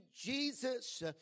Jesus